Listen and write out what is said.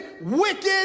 wicked